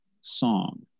song